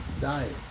dying